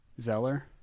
Zeller